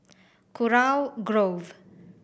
Kurau Grove